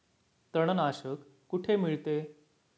तणनाशक कुठे मिळते?